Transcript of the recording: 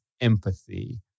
empathy